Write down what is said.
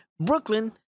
Brooklyn